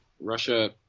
Russia